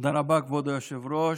תודה רבה, כבוד היושב-ראש.